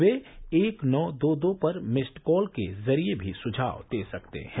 वे एक नौ दो दो पर मिस्ड कॉल के जरिए भी सुझाव दे सकते हैं